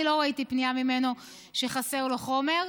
אני לא ראיתי פנייה ממנו שחסר לו חומר.